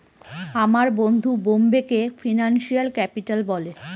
আমার বন্ধু বোম্বেকে ফিনান্সিয়াল ক্যাপিটাল বলে